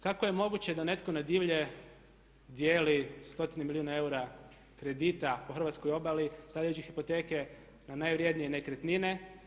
Kako je moguće da netko na divlje dijeli stotine milijuna eura kredita po hrvatskoj obali stavljajući hipoteke na najvrjednije nekretnine?